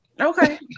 okay